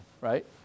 right